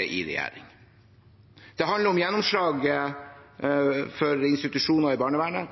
regjering. Det handler om gjennomslag for tydeligere bruk av institusjoner i barnevernet.